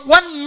One